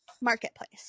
Marketplace